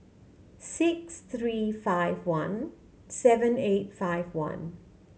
six three five one seven eight five one